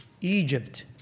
Egypt